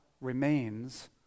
remains